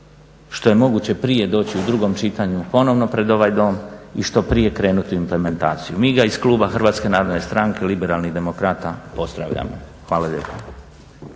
što je moguće prije doći u drugom čitanju ponovno pred ovaj dom i što prije krenuti u implementaciju. Mi ga iz kluba Hrvatske narodne strane liberalnih demokrata pozdravljamo Hvala lijepa.